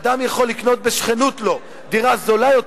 שאדם יכול לקנות בשכנות לו דירה זולה יותר,